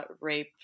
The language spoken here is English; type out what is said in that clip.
rape